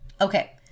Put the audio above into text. Okay